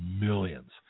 millions